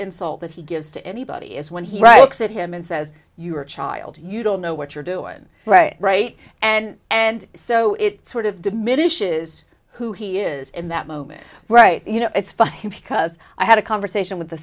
insult that he gives to anybody is when he writes at him and says you're a child you don't know what you're doing right and and so it's sort of diminishes who he is in that moment right you know it's funny because i had a conversation with the